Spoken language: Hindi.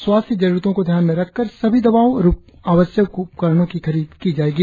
स्वास्थ्य जरुरतो को ध्यान में रखकर सभी दवाओ और आवश्यक उपकरणो की खरीद की जायेगी